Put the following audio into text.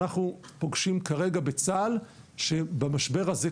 אנחנו פוגשים כרגע בצה"ל שבמשבר הזה,